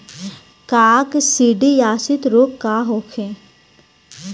काकसिडियासित रोग का होखे?